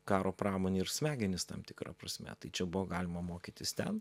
karo pramonė ir smegenys tam tikra prasme tai čia buvo galima mokytis ten